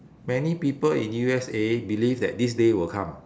many people in U_S_A believe that this day will come